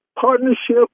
Partnership